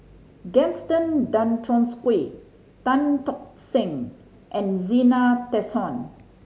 Gaston Dutronquoy Tan Tock Seng and Zena Tessensohn